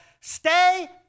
stay